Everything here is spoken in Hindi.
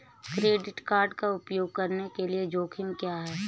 क्रेडिट कार्ड का उपयोग करने के जोखिम क्या हैं?